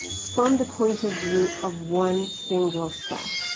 from the point of view of one single cell.